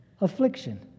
affliction